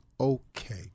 Okay